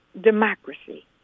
democracy